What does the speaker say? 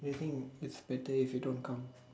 they think it's better if you don't come